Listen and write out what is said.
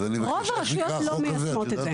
רוב הרשויות לא מיישמות את זה.